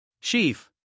Chief